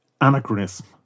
anachronism